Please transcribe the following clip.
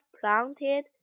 planted